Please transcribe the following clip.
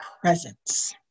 presence